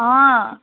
ആ